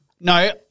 No